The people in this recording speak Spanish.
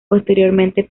posteriormente